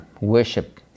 worship